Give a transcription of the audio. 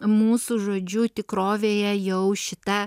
mūsų žodžiu tikrovėje jau šita